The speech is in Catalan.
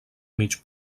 mig